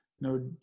no